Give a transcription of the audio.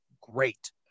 great